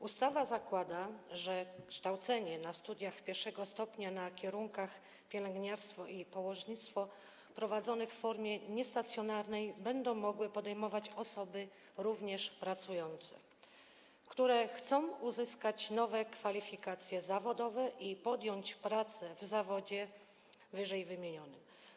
Ustawa zakłada, że kształcenie na studiach pierwszego stopnia na kierunkach: pielęgniarstwo i położnictwo prowadzonych w formie niestacjonarnej będą mogły podejmować osoby również pracujące, które chcą uzyskać nowe kwalifikacje zawodowe i podjąć pracę w ww. zawodzie.